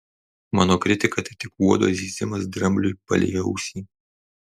mano kritika tai tik uodo zyzimas drambliui palei ausį